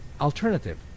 alternative